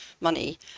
money